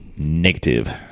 Negative